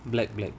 black black